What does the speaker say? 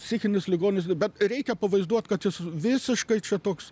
psichinis ligonis bet reikia pavaizduot kad jis visiškai čia toks